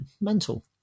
Mental